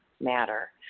Matter